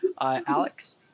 Alex